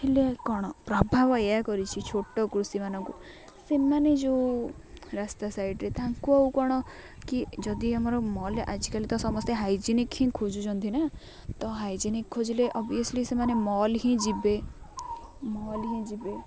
ହେଲେ କ'ଣ ପ୍ରଭାବ ଏୟା କରିଛି ଛୋଟ କୃଷି ମାନଙ୍କୁ ସେମାନେ ଯେଉଁ ରାସ୍ତା ସାଇଡ଼୍ରେ ତାଙ୍କୁ ଆଉ କ'ଣ କି ଯଦି ଆମର ମଲ୍ ଆଜିକାଲି ତ ସମସ୍ତେ ହାଇଜେନିକ୍ ହିଁ ଖୋଜୁଛନ୍ତି ନା ତ ହାଇଜେନିକ୍ ଖୋଜିଲେ ଅଭିଅସ୍ଲି ସେମାନେ ମଲ୍ ହିଁ ଯିବେ ମଲ୍ ହିଁ ଯିବେ